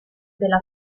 della